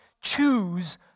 choose